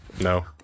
no